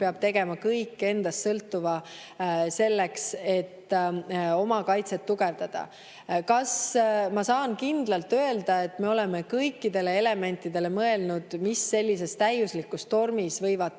peab tegema kõik endast sõltuva selleks, et oma kaitset tugevdada. Kas ma saan kindlalt öelda, et me oleme mõelnud kõikidele elementidele, mis sellises täiuslikus tormis võivad